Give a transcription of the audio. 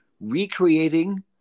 recreating